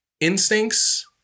instincts